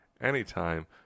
anytime